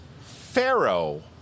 Pharaoh